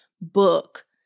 book